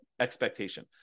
expectation